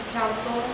council